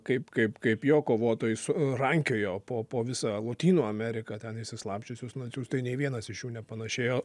kaip kaip kaip jo kovotojus rankiojo po po visą lotynų ameriką ten išsislapsčiusius nacius tai nei vienas iš jų nepanašėjo